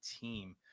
team